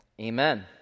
Amen